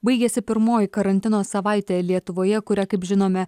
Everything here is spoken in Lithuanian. baigėsi pirmoji karantino savaitė lietuvoje kuria kaip žinome